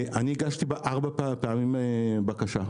אני הגשתי ארבע פעמים בקשה.